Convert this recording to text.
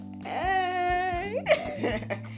hey